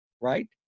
Right